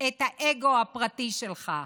את האגו הפרטי שלך,